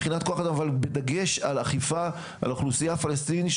בדגש על אכיפה על האוכלוסייה הפלסטינית,